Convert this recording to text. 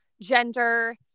gender